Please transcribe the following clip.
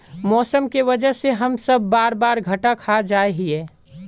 मौसम के वजह से हम सब बार बार घटा खा जाए हीये?